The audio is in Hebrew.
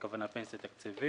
הכוונה פנסיה תקציבית.